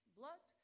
blood